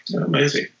Amazing